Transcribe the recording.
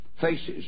faces